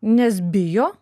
nes bijo